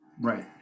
Right